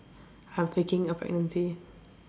I'm faking a pregnancy